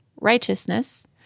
righteousness